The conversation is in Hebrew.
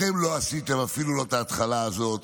אתם לא עשיתם אפילו לא את ההתחלה הזאת.